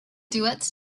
duets